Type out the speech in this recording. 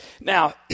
Now